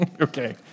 Okay